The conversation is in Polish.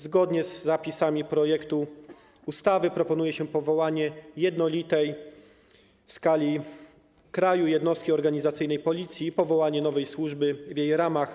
Zgodnie z zapisami projektu ustawy proponuje się powołanie jednolitej w skali kraju jednostki organizacyjnej Policji i powołanie nowej służby w jej ramach.